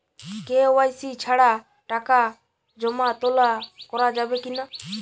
KYC ছাড়া টাকা জমা তোলা করা যাবে কি না?